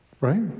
right